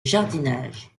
jardinage